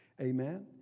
Amen